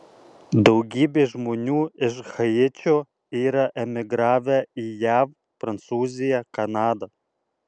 daugybė žmonių iš haičio yra emigravę į jav prancūziją kanadą